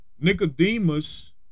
Nicodemus